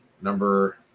Number